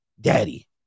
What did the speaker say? daddy